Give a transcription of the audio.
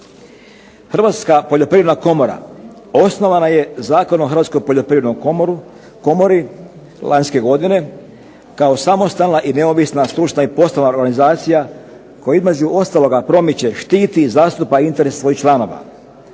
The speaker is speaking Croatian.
Hrvatska poljoprivredna komora osnovana je Zakonom o Hrvatskoj poljoprivrednoj komori lanjske godine kao samostalna i neovisna, stručna i poslovna organizacija koja između ostaloga promiče, štiti i zastupa interese svojih članova.